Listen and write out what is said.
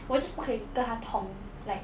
我就不可以跟她通 like